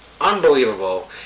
unbelievable